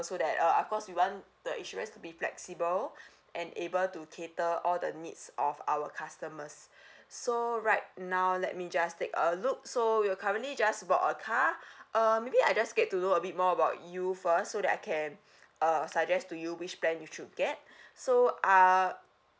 so that uh of course we want the insurance to be flexible and able to cater all the needs of our customers so right now let me just take a look so you currently just bought a car uh maybe I just get to know a bit more about you first so that I can uh suggest to you which plan you should get so uh